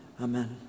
Amen